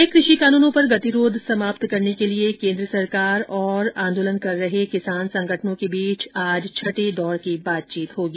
नए कृषि कानूनों पर गतिरोध समाप्त करने के लिए केन्द्र सरकार और आंदोलन कर रहे किसान संगठनों के बीच आज छठे दौर की बातचीत होगी